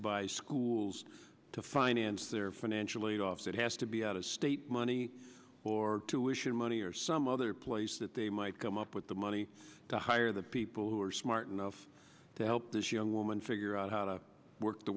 by schools to finance their financial aid office that has to be out of state money or tuitions money or some other place that they might come up with the money to hire the people who are smart enough to help this young woman figure out how to work the